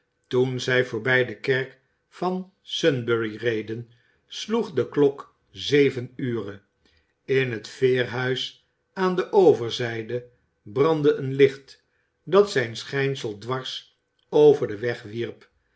toen zij voorbij de kerk van sunbury reden sloeg de klok zeven ure in het veerhuis aan de overzijde brandde een licht dat zijn schijnsel dwars over den weg wierp